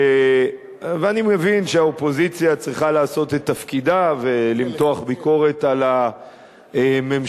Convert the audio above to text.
ואני מבין שהאופוזיציה צריכה לעשות את תפקידה ולמתוח ביקורת על הממשלה,